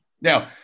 Now